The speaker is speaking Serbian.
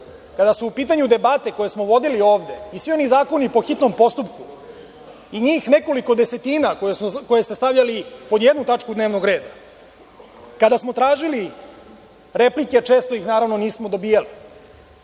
kada su u pitanju debate koje smo vodili ovde i svi oni zakoni po hitnom postupku i njih nekolik desetina koje ste stavljali pod jednu tačku dnevnog reda, kada smo tražili replike, često ih naravno nismo dobijali,